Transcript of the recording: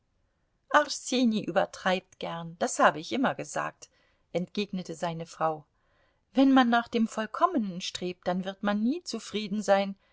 übertreibt gern das habe ich immer gesagt entgegnete seine frau wenn man nach dem vollkommenen strebt dann wird man nie zufrieden sein